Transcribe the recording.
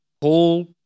Paul